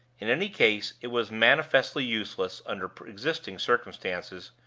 in any case, it was manifestly useless, under existing circumstances,